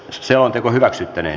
selonteko hyväksyttiin